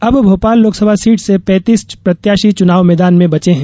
अब भोपाल लोकसभा सीट से पैतीस प्रत्याशी चुनाव मैदान में बचे हैं